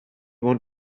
want